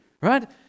right